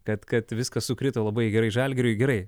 kad kad viskas sukrito labai gerai žalgiriui gerai